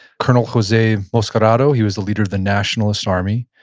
colonel jose moscardo, he was the leader of the nationalist army.